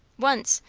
once,